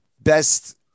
best